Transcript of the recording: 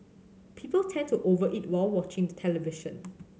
people tend to over eat while watching television